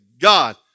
God